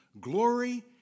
glory